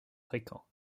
fréquents